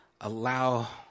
allow